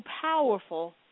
powerful